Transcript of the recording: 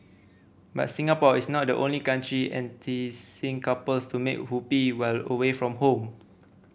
but Singapore is not the only country enticing couples to make whoopee while away from home